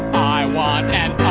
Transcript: i want an